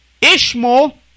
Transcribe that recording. Ishmael